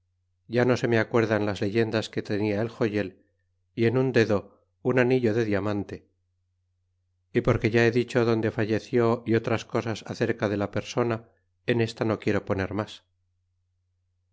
ya no se me acuerdan las letras que tenia el joyel y en un dedo un anillo de diamante y porque ya he dicho donde falleció y otras cosas acerca de la persona en esta no quiero poner mas